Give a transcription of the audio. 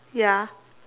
ya